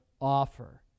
offer